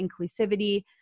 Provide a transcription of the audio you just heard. inclusivity